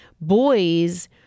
boys